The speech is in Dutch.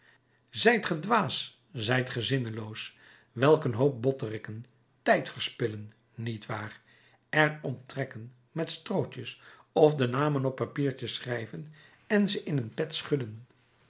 ge dwaas zijt ge zinneloos welk een hoop botteriken tijd verspillen niet waar er om trekken met strootjes of de namen op papiertjes schrijven en ze in een pet schudden